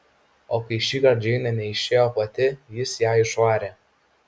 o kai šįkart džeinė neišėjo pati jis ją išvarė